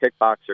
kickboxer